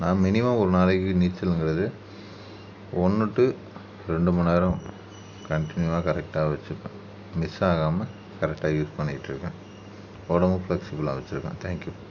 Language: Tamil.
நான் மினிமம் ஒரு நாளைக்கி நீச்சல்ன்றது ஒன்னு டூ ரெண்டு மணி நேரம் கண்டினியூவாக கரெக்டாக வெச்சுருப்பேன் மிஸ் ஆகாமல் கரெக்டாக யூஸ் பண்ணிக்கிட்டிருக்கேன் உடம்பும் ஃப்ளெக்சிபிளாக வெச்சுருக்கேன் தேங்க்யூ